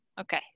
okay